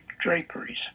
draperies